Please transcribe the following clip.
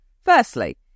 Firstly